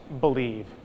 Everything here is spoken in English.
believe